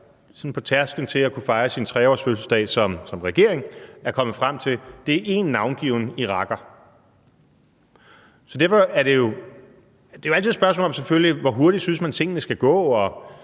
på tærsklen til at kunne fejre sin 3-årsfødselsdag som regering er kommet frem til, er én navngiven iraker. Det er jo selvfølgelig altid et spørgsmål om, hvor hurtigt man synes tingene skal gå, og